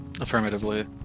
Affirmatively